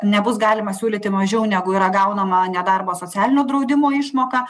nebus galima siūlyti mažiau negu yra gaunama nedarbo socialinio draudimo išmoka